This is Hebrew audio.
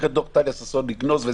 את דוח טליה ששון צריך לגנוז.